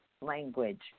Language